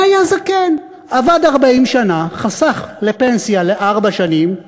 זה היה זקן: עבד 40 שנה, חסך לפנסיה ארבע שנים,